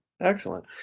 Excellent